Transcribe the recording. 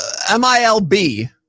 MILB